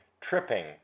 tripping